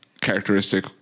characteristic